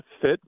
fit